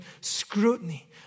scrutiny